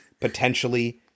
potentially